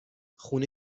خونه